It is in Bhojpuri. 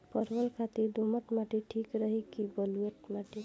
परवल खातिर दोमट माटी ठीक रही कि बलुआ माटी?